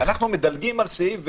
אנחנו מדלגים על סעיף,